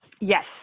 Yes